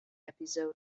episode